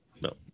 No